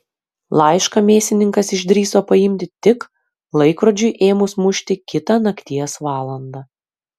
laišką mėsininkas išdrįso paimti tik laikrodžiui ėmus mušti kitą nakties valandą